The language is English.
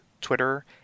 Twitter